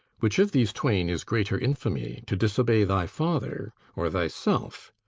which of these twain is greater infamy, to disobey thy father or thy self?